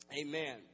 Amen